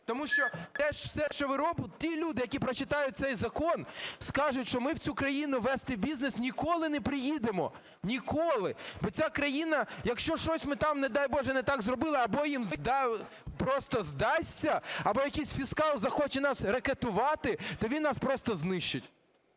тому що те все, що ви робите, ті люди, які прочитають цей закон, скажуть, що ми в цю країну вести бізнес ніколи не приїдемо, ніколи, бо ця країна, якщо щось ми там, не дай Боже, не так зробили або їм просто здасться, або якийсь фіскал захоче нас рекетувати, то він нас просто знищить.